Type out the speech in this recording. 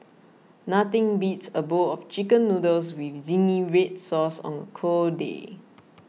nothing beats a bowl of Chicken Noodles with Zingy Red Sauce on a cold day